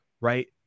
right